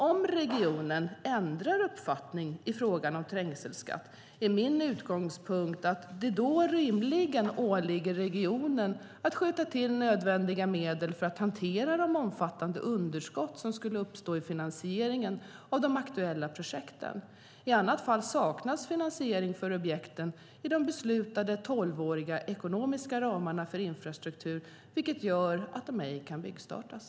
Om regionen ändrar uppfattning i frågan om trängselskatt är min utgångspunkt att det då rimligen åligger regionen att skjuta till nödvändiga medel för att hantera de omfattande underskott som skulle uppstå i finansieringen av de aktuella projekten. I annat fall saknas finansiering för objekten inom de beslutade tolvåriga ekonomiska ramarna för infrastruktur, vilket gör att de ej kan byggstartas.